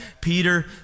Peter